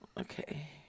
Okay